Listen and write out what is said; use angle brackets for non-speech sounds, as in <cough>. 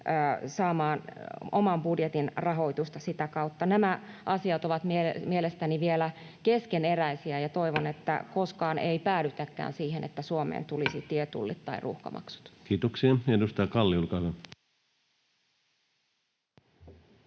saamaan oman budjetin rahoitusta sitä kautta? Nämä asiat ovat mielestäni vielä keskeneräisiä, ja toivon, <noise> että koskaan ei päädytäkään siihen, että Suomeen <noise> tulisi tietullit tai ruuhkamaksut. Kiitoksia. — Edustaja Kalli, olkaa hyvä.